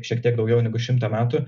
šiek tiek daugiau negu šimtą metų